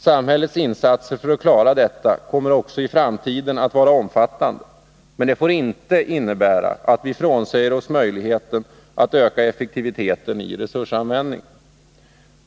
Samhällets insatser för att klara detta kommer också i framtiden att vara omfattande. Men detta får inte innebära att vi frånsäger oss möjligheten att öka effektiviten i resursanvändningen.